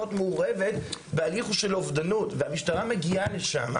להיות מעורבת בהליך של אובדנות והמשטרה מגיעה לשם?